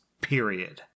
Period